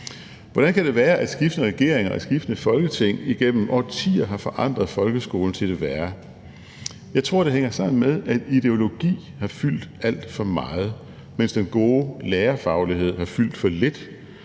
Hvordan kan det være, at skiftende regeringer og skiftende Folketing igennem årtier har forandret folkeskolen til det værre? Jeg tror, det hænger sammen med, at ideologi har fyldt alt for meget, mens den gode lærerfaglighed har fyldt for lidt,